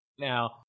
Now